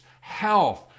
health